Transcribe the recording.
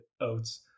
oats